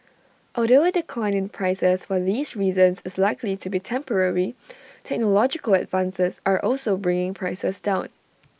although A decline in prices for these reasons is likely to be temporary technological advances are also bringing prices down